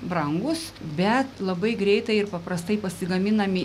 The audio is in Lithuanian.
brangūs bet labai greitai ir paprastai pasigaminami